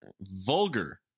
vulgar